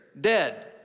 Dead